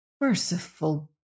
Merciful